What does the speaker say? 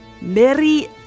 Mary